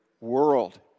world